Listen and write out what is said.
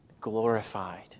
Glorified